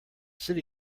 city